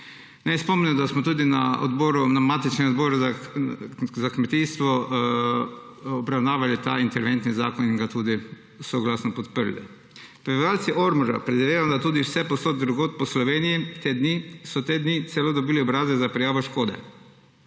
Naj spomnim, da smo tudi na matičnem odboru za kmetijstvo obravnavali ta interventni zakon in ga tudi soglasno podprli. Prebivalci Ormoža, predvidevam, da tudi vsepovsod drugod po Sloveniji, so te dni celo dobili obrazec za prijavo škode,